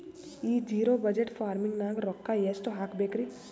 ಈ zero budget farming ನಾಗ್ ರೊಕ್ಕ ಎಷ್ಟು ಹಾಕಬೇಕರಿ?